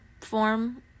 form